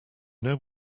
know